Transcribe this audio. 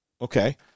okay